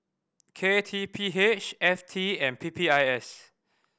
K T P H F T and P P I S